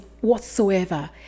whatsoever